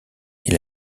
est